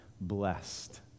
blessed